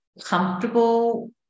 comfortable